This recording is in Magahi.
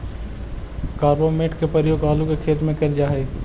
कार्बामेट के प्रयोग आलू के खेत में कैल जा हई